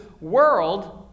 world